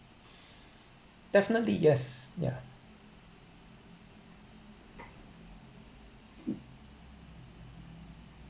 definitely yes yeah